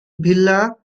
vila